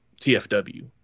TFW